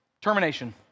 termination